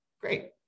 Great